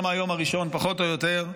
מהיום הראשון פחות או יותר: